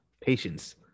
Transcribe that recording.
Patience